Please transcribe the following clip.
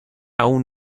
aún